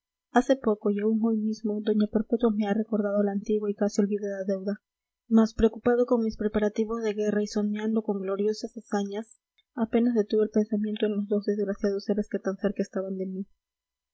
hace poco y aún hoy mismo doña perpetua me ha recordado la antigua y casi olvidada deuda mas preocupado con mis preparativos de guerra y soñando con gloriosas hazañas apenas detuve el pensamiento en los dos desgraciados seres que tan cerca estaban de mí